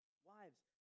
Wives